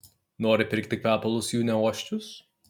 nori pirkti kvepalus jų neuosčius